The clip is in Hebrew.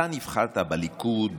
אתה נבחרת בליכוד,